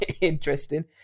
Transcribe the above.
interesting